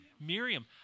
Miriam